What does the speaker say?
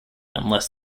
unless